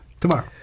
Tomorrow